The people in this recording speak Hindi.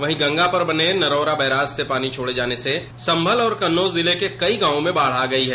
वेहीं गंगा पर बने नरौरा बैराज से पॉनी छोड़े जाने से सम्भल और कन्नौज जिले के कई गाँवों में बाढ़ आ गयी है